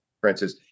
Francis